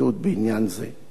סיכומו של דבר: